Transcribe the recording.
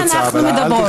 אז על זה אנחנו מדברות.